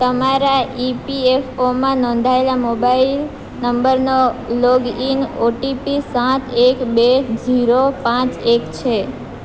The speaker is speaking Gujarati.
તમારા ઇપીએફઓમાં નોંધાએલા મોબાઇલ નંબરનો લોગઇન ઓટીપી સાત એક બે ઝીરો પાંચ એક છે